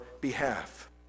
behalf